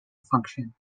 function